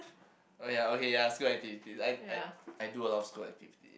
ya